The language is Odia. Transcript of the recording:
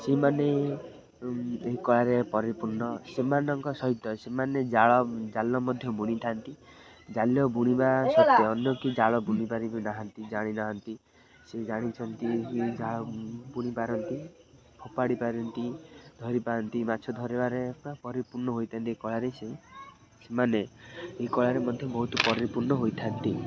ସେମାନେ ଏହି କଳାରେ ପରିପୂର୍ଣ୍ଣ ସେମାନଙ୍କ ସହିତ ସେମାନେ ଜାଳ ଜାଲ ମଧ୍ୟ ବୁଣିଥାନ୍ତି ଜାଲ ବୁଣିବା ସତ୍ ଅନ୍ୟ କିଏ ଜାଳ ବୁଣିପାରିବେ ନାହାଁନ୍ତି ଜାଣିନାହାଁନ୍ତି ସେ ଜାଣିଛନ୍ତି ଜାଳ ବୁଣିପାରନ୍ତି ଫୋପାଡ଼ି ପାରନ୍ତି ଧରିପାରନ୍ତି ମାଛ ଧରିବାରେ ପୁରା ପରିପୂର୍ଣ୍ଣ ହୋଇଥାନ୍ତି ଏ କଳାରେ ସେ ସେମାନେ ଏହି କଳାରେ ମଧ୍ୟ ବହୁତ ପରିପୂର୍ଣ୍ଣ ହୋଇଥାନ୍ତି